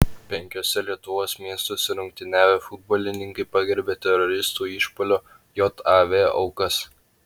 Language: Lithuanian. penkiuose lietuvos miestuose rungtyniavę futbolininkai pagerbė teroristų išpuolio jav aukas